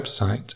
website